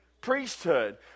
priesthood